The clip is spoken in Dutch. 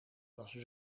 was